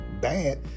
bad